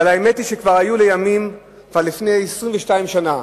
אבל האמת היא שכבר היו ימים, כבר לפני 22 שנה